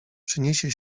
przyniesie